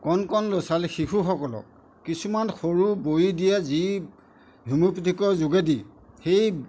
কণ কণ ল'ছালি শিশুসকলক কিছুমান সৰু বড়ি দিয়ে যি হেমিঅ'পেথিকৰ যোগেদি সেই